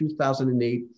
2008